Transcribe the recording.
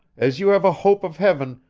as you have a hope of heaven,